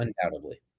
Undoubtedly